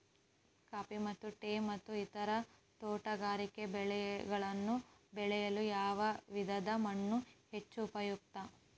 Coffee ಮತ್ತು tea ಮತ್ತು ಇತರ ತೋಟಗಾರಿಕೆ ಬೆಳೆಗಳನ್ನು ಬೆಳೆಯಲು ಯಾವ ವಿಧದ ಮಣ್ಣು ಹೆಚ್ಚು ಉಪಯುಕ್ತ?